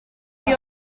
mynd